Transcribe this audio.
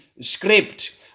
script